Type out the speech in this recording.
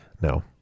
No